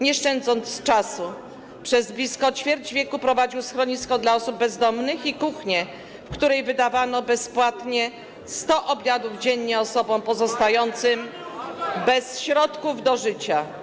Nie szczędząc czasu, przez blisko ćwierć wieku prowadził schronisko dla osób bezdomnych i kuchnię, w której wydawano bezpłatnie 100 obiadów dziennie osobom pozostającym bez środków do życia.